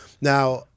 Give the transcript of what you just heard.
Now